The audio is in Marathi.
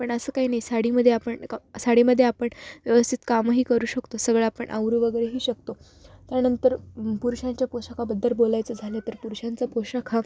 पण असं काही नाही साडीमध्ये आपण का साडीमध्ये आपण व्यवस्थित कामही करू शकतो सगळं आपण आवरू वगरेही शकतो त्यानंतर पुरुषांच्या पोषाखाबद्दल बोलायचं झालं तर पुरुषांचा पोषाख हा